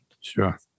Sure